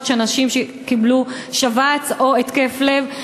הם של אנשים שקיבלו שבץ או התקף לב,